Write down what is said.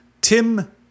Tim